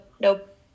nope